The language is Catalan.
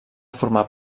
formar